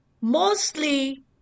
mostly